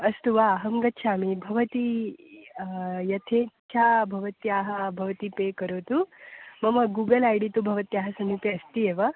अस्तु वा अहं गच्छामि भवती यथेच्छा भवत्याः भवति पे करोतु मम गूगल् ऐडी तु भवत्याः समीपे अस्ति एव